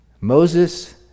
Moses